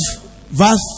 verse